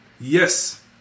Yes